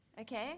Okay